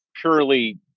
purely